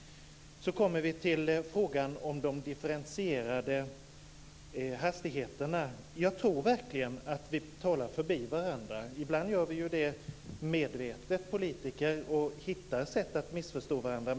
Så kommer jag till frågan om de differentierade hastigheterna. Jag tror verkligen att vi talar förbi varandra. Ibland gör politiker det medvetet och hittar sätt att missförstå varandra.